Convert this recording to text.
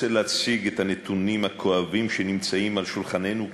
רוצה להציג את הנתונים הכואבים שנמצאים על שולחננו,